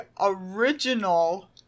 original